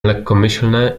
lekkomyślne